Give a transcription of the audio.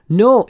no